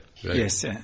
Yes